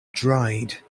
dried